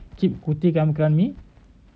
cheap குத்திகாமிக்கலநீ:kuthi kaamikkala nee